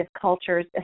cultures